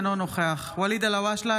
אינו נוכח ואליד אלהואשלה,